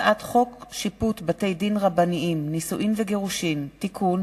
הצעת חוק שיפוט בתי-דין רבניים (נישואין וגירושין) (תיקון,